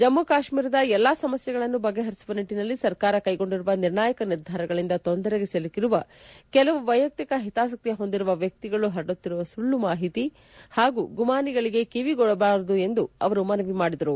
ಜಮ್ಮು ಕಾಶ್ಮೀರದ ಎಲ್ಲಾ ಸಮಸ್ಯೆಗಳನ್ನು ಬಗೆಹರಿಸುವ ನಿಟ್ಟಿನಲ್ಲಿ ಸರ್ಕಾರ ಕೈಗೊಂಡಿರುವ ನಿರ್ಣಾಯಕ ನಿರ್ಧಾರಗಳಿಂದ ತೊಂದರೆಗೆ ಸಿಲುಕಿರುವ ಕೆಲವು ವೈಯಕ್ತಿಕ ಹೊಂದಿರುವ ಶಕ್ತಿಗಳು ಪರಡುತ್ತಿರುವ ಸುಳ್ಳು ಮಾಹಿತಿ ಹಾಗೂ ಗುಮಾನಿಗಳಿಗೆ ಕಿವಿಗೊಡಬಾರದು ಎಂದು ಅವರು ಮನವಿ ಮಾಡಿದರು